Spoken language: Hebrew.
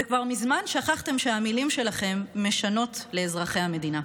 וכבר מזמן שכחתם שהמילים שלכם משנות לאזרחי המדינה.